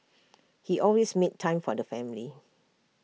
he always made time for the family